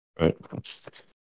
Right